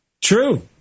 True